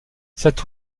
cet